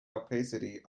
opacity